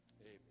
Amen